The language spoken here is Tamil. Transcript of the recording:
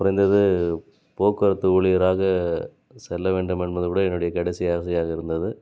குறைந்தது போக்குவரத்து ஊழியராக செல்ல வேண்டும் என்பது கூட என்னுடைய கடைசி ஆசையாக இருந்தது